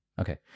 Okay